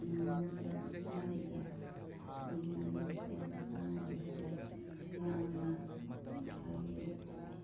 ꯅꯨꯡꯇꯤꯒꯤ ꯆꯥꯔꯤꯕ ꯑꯩꯈꯣꯏꯒꯤ ꯃꯅꯤꯄꯨꯔꯗ ꯆꯥꯔꯤꯕꯁꯤ ꯌꯥꯝꯅ ꯉꯁꯥꯏꯒꯤ